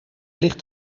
ligt